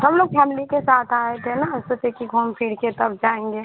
हम लोग फॅमिली के साथ आए थे न सोचे कि घूम फिर कर तब जाएंगे